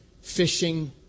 Fishing